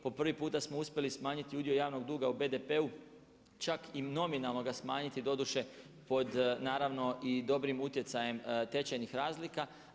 Po prvi puta smo uspjeli smanjiti udio javnog duga u BDP-u, čak i nominalno ga smanjiti, doduše pod naravno i dobrim utjecajem tečajnih razlika.